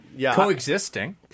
Coexisting